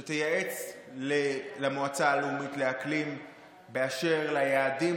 שתייעץ למועצה הלאומית לאקלים באשר ליעדים,